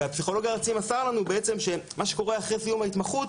והפסיכולוג הארצי בעצם מסר לנו שמה שקורה אחרי סיום ההתמחות